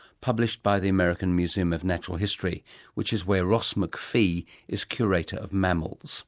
published by the american museum of natural history which is where ross macphee is curator of mammals